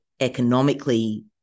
economically